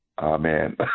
Amen